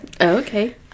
Okay